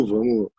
Vamos